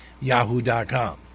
Yahoo.com